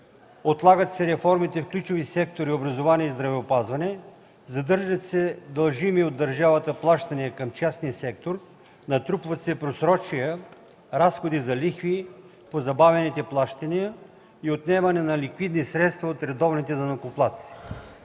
отлагат се реформите в ключови сектори – образование и здравеопазване, задържат се дължими от държавата плащания към частния сектор, натрупват се просрочия, разходи за лихви по забавените плащания и отнемане на ликвидни средства от редовните данъкоплатци.